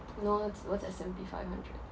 no what's what's S and P five hundred